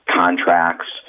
contracts